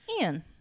Ian